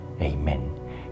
Amen